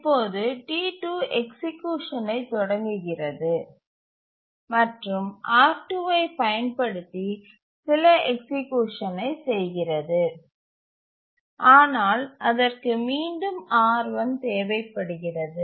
இப்போது T2 எக்சிக்யூஷனை தொடங்குகிறது மற்றும் R2ஐப் பயன்படுத்தி சில எக்சிக்யூஷனை செய்கிறது ஆனால் அதற்கு மீண்டும் R1 தேவைப்படுகிறது